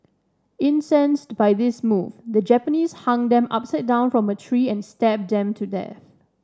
incensed by this move the Japanese hung them upside down from a tree and stabbed them to death